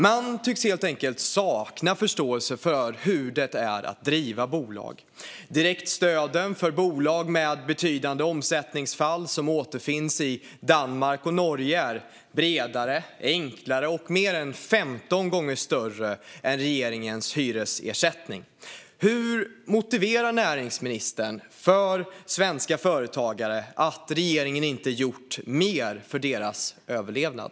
Man tycks helt enkelt sakna förståelse för hur det är att driva bolag. Direktstöden för bolag med betydande omsättningsfall som återfinns i Danmark och Norge är bredare, enklare och mer än 15 gånger större än regeringens hyresersättning. Hur motiverar näringsministern för svenska företagare att regeringen inte gjort mer för deras överlevnad?